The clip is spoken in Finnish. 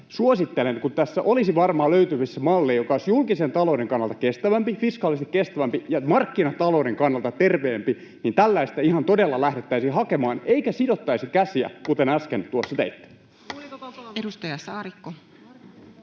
suosittelen — kun tässä olisi varmaan löydettävissä malli, joka olisi julkisen talouden kannalta kestävämpi, fiskaalisesti kestävämpi ja markkinatalouden kannalta terveempi — että tällaista ihan todella lähdettäisiin hakemaan eikä sidottaisi käsiä, kuten äsken tuossa teitte.